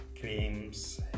creams